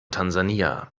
tansania